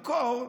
בקור,